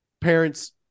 parents